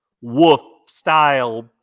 wolf-style